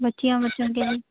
بچیاں بچوں کے لیے